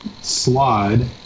slide